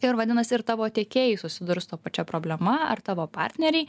ir vadinas ir tavo tiekėjai susidurs su ta pačia problema ar tavo partneriai